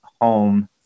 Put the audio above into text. home